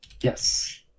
Yes